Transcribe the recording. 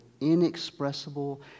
inexpressible